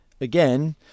again